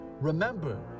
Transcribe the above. remember